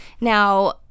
Now